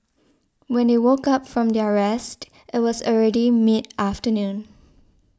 when they woke up from their rest it was already mid afternoon